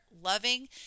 loving